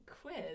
quiz